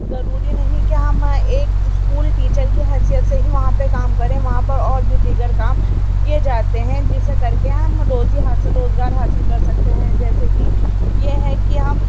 ضروری نہیں کی ہم ایک اسکول ٹیچر کی حیثیت سے ہی وہاں پہ کام کریں وہاں پر اور بھی دیگر کام کئے جاتے ہیں جسے کر کے ہم روزی حاصل روزگار حاصل کر سکتے ہیں جیسے کہ یہ ہے کہ ہم